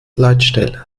leitstelle